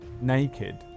naked